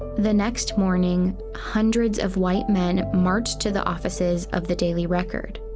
the next morning, hundreds of white men marched to the offices of the daily record.